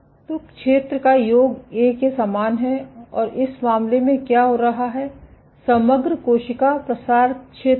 तो क्षेत्र का योग ए के समान है और इस मामले में क्या हो रहा है समग्र कोशिका प्रसार क्षेत्र है